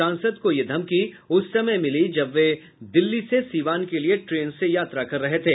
सांसद को यह धमकी उस समय मिली जब वे दिल्ली से सीवान के लिए ट्रेन से यात्रा कर रहे थे